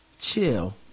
Chill